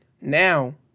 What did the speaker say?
now